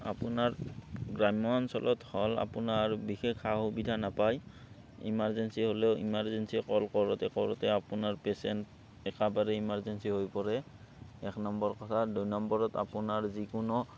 আপোনাৰ গ্ৰাম্য অঞ্চলত হ'ল আপোনাৰ বিশেষ সা সুবিধা নাপায় ইমাৰ্জেঞ্চি হ'লেও ইমাৰ্জেঞ্চি কল কৰোঁতে কৰোঁতে আপোনাৰ পেচেণ্ট একবাৰে ইমাৰ্জেঞ্চি হৈ পৰে এক নম্বৰ কথা দুই নম্বৰত আপোনাৰ যিকোনো